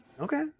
Okay